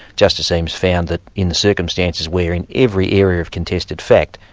justice eames found that in the circumstances wherein every area of contested fact,